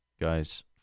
guys